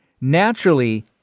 Naturally